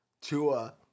Tua